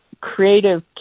creative